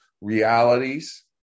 realities